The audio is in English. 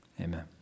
amen